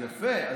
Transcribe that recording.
יפה.